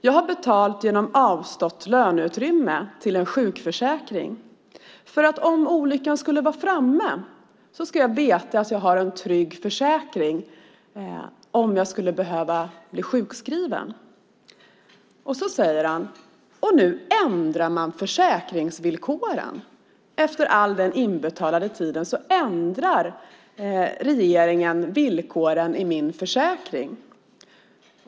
Jag har betalat genom avstått löneutrymme till en sjukförsäkring, för om olyckan skulle vara framme ska jag veta att jag har en trygg försäkring om jag skulle behöva bli sjukskriven. Och nu ändrar man försäkringsvillkoren! Efter all den inbetalade tiden ändrar regeringen villkoren i min försäkring.